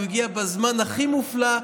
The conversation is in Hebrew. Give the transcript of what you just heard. הוא הגיע בזמן הכי מופלא,